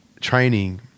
training